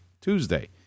Tuesday